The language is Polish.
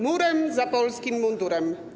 Murem za polskim mundurem.